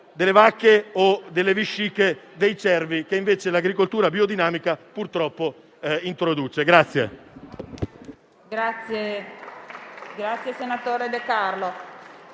delle vacche o delle vesciche dei cervi, che invece l'agricoltura biodinamica purtroppo introduce.